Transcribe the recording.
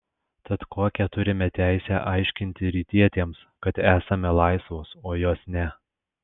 tad kokią turime teisę aiškinti rytietėms kad esame laisvos o jos ne